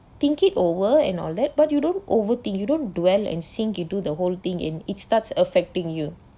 think it over and all that but you don't overthink you don't dwell and sink you do the whole thing and it starts affecting you